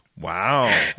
Wow